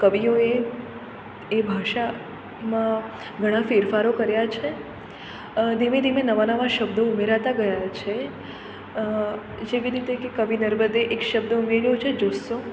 કવિઓએ એ ભાષામાં ઘણા ફેરફારો કર્યા છે ધીમે ધીમે નવા નવા શબ્દો ઉમેરાતા ગયા છે જેવી રીતે કે કવિ નર્મદે એક શબ્દ ઉમેર્યો છે જુસ્સો